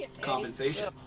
compensation